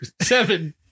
Seven